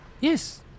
Yes